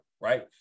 right